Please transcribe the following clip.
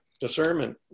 discernment